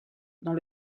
dans